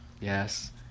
Yes